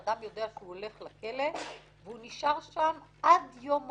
שאדם יודע שהוא הולך לכלא והוא נשאר שם עד יום מותו.